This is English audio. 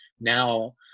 Now